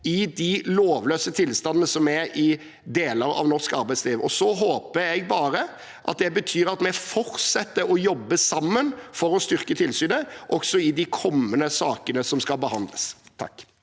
i de lovløse tilstandene som er i deler av norsk arbeidsliv. Så håper jeg bare det betyr at vi fortsetter å jobbe sammen for å styrke tilsynet også i de kommende sakene som skal behandles.